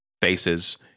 faces